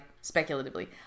speculatively